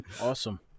awesome